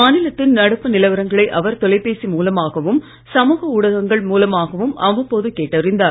மாநிலத்தின் நடப்பு நிலவரங்களை அவர் தொலைபேசி மூலமாகவும் சமூக ஊடகங்கள் மூலமாகவும் அவ்வப்போது கேட்டறிந்தார்